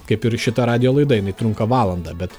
kaip ir šita radijo laida jinai trunka valandą bet